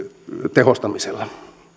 tehostamisella